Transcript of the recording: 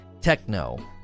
Techno